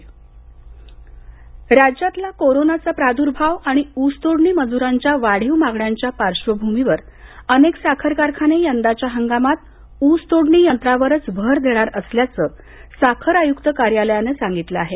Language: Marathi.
ऊस तोडणी राज्यातला कोरोनाचा प्रादुर्भाव आणि ऊस तोडणी मजुरांच्या वाढीव मागण्यांच्या पार्श्वभूमीवर अनेक साखर कारखाने यंदाच्या हंगामात ऊस तोडणी यंत्रावरच भर देणार असल्याचं साखर आयुक्त कार्यालयानं सांगितलं आहे